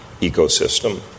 ecosystem